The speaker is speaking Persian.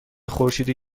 خورشیدی